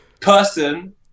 person